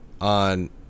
on